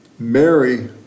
Mary